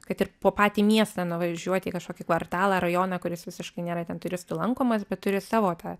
kad ir po patį miestą nuvažiuoti į kažkokį kvartalą rajoną kuris visiškai nėra ten turistų lankomas bet turi savo tą